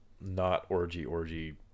not-orgy-orgy